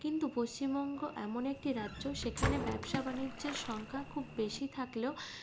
কিন্তু পশ্চিমবঙ্গ এমন একটি রাজ্য সেখানে ব্যবসা বাণিজ্যের সংখ্যা খুব বেশি থাকলেও